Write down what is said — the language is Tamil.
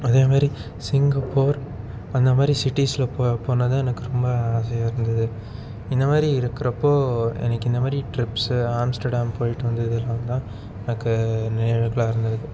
அதே மாரி சிங்கப்பூர் அந்த மாதிரி சிட்டிஸில் போ போனது எனக்கு ரொம்ப ஆசையாக இருந்தது இந்த மாரி இருக்கிறப்போ எனக்கு இந்த மாரி ட்ரிப்ஸு ஆம்ஸ்டர்டாம் போகிட்டு வந்தது எல்லாம் தான் எனக்கு நினைவுகளாக இருந்தது